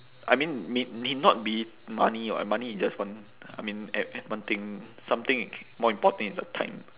I mean may may not be money [what] money is just one I mean at an one thing something more important is like time